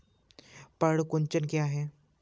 पर्ण कुंचन क्या है?